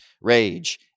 rage